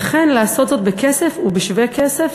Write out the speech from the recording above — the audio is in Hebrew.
וכן לעשות זאת בכסף ובשווה כסף,